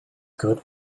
good